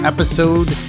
Episode